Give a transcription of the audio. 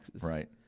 Right